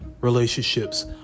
relationships